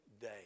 day